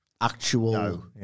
actual